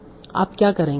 आप क्या करेंगे